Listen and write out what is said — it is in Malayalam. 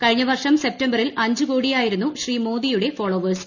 കഴിഞ്ഞ വർഷം സെപ്തംബറിൽ അഞ്ച് കോടിയായിരുന്നു മോദിയുടെ ഫോളോവേഴ്സ്